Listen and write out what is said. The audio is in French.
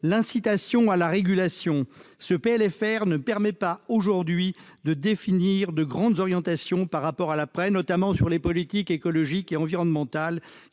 l'incitation à la régulation. Ce PLFR ne permet pas, aujourd'hui, de définir de grandes orientations par rapport à l'après, notamment sur les politiques écologiques et environnementales,